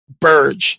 Burge